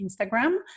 instagram